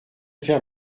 faire